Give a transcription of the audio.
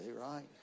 right